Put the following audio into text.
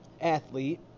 athlete